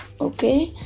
okay